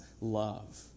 love